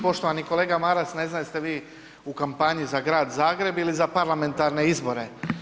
Poštovani kolega Maras, ne znam jeste vi u kampanji za Grad Zagreb ili za parlamentarne izbore.